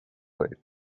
late